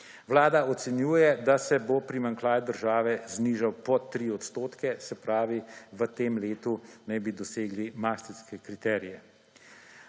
Vlada ocenjuje, da se bo primanjkljaj države znižal pod 3 odstotke, se pravi, v tem letu naj bi dosegli Maastrichtske kriterije.